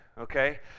okay